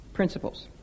principles